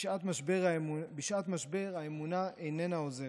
בשעת משבר, האמונה איננה עוזרת.